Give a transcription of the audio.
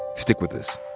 stick with us.